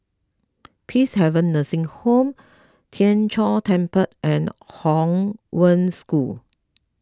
Peacehaven Nursing Home Tien Chor Temple and Hong Wen School